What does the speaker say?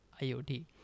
IOT